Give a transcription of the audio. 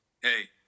Hey